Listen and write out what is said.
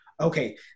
okay